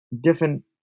different